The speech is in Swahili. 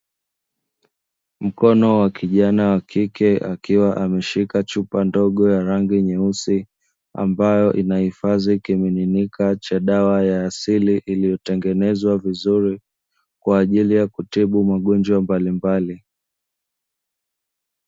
Mkono wa kijana wa kike akiwa ameshika chupa ndogo ya rangi nyeusi, ambayo inahifadhi kimiminika cha dawa ya asili, iliyotengenezwa vizuri kwa ajili ya kutibu magonjwa mbalimbali.